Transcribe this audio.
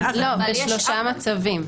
בשלושה מצבים.